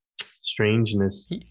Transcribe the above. strangeness